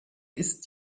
ist